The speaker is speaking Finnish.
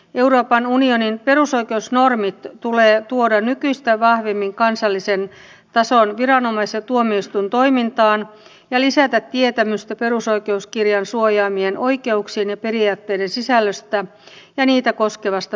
euroopan unionin perusoikeusnormit tulee tuoda nykyistä vahvemmin kansallisen tason viranomais ja tuomioistuintoimintaan ja tulee lisätä tietämystä perusoikeuskirjan suojaamien oikeuksien ja periaatteiden sisällöstä ja niitä koskevasta soveltamiskäytännöstä